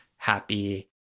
happy